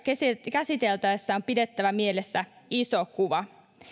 käsiteltäessä on pidettävä mielessä iso kuva